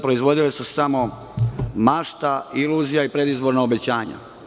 Proizvodile su se samo mašta, iluzija i predizborna obećanja.